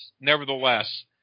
nevertheless